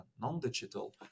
non-digital